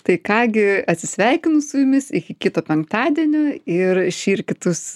tai ką gi atsisveikinu su jumis iki kito penktadienio ir šį ir kitus